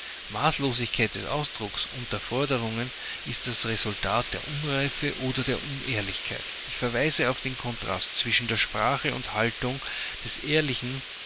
maßlosigkeit des ausdrucks und der forderungen ist das resultat der unreife oder der unehrlichkeit ich verweise auf den kontrast zwischen der sprache und haltung des ehrlichen